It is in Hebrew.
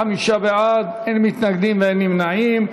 45 בעד, אין מתנגדים ואין נמנעים.